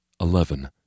Eleven